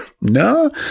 no